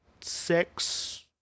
six